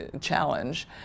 challenge